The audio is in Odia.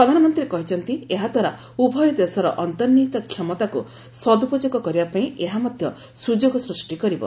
ପ୍ରଧାନମନ୍ତ୍ରୀ କହିଛନ୍ତି ଏହା ଦ୍ୱାରା ଉଭୟ ଦେଶର ଅନ୍ତର୍ନିହିତ କ୍ଷମତାକୁ ସଦୁପଯୋଗ କରିବା ପାଇଁ ଏହା ମଧ୍ୟ ସୁଯୋଗ ସୃଷ୍ଟି କରିବ